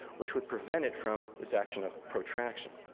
which would prevent it from this action of protraction.